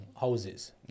houses